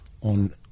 on